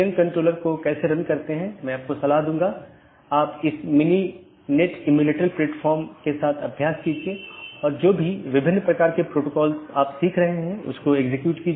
इसलिए हम बाद के व्याख्यान में इस कंप्यूटर नेटवर्क और इंटरनेट प्रोटोकॉल पर अपनी चर्चा जारी रखेंगे